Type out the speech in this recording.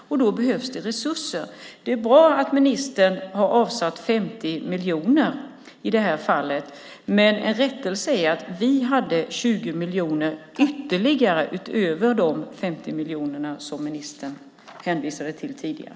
Då behövs resurser. Det är bra att ministern har avsatt 50 miljoner i det här fallet, men en rättelse är att vi hade 20 miljoner ytterligare utöver de 50 miljoner som ministern hänvisade till tidigare.